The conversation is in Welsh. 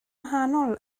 wahanol